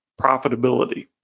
profitability